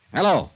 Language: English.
Hello